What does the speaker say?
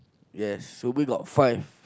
yes Shubi got five